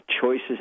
choices